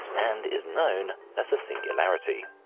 and is known as the singularity.